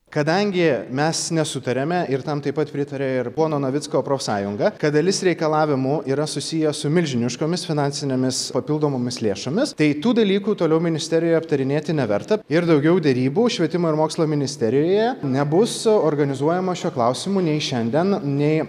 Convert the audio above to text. kadangi mes nesutariame ir tam taip pat pritaria ir pono navicko profsąjunga kad dalis reikalavimų yra susiję su milžiniškomis finansinėmis papildomomis lėšomis tai tų dalykų toliau ministerijoje aptarinėti neverta ir daugiau derybų švietimo ir mokslo ministerijoje nebus organizuojama šiuo klausimu nei šiandien nei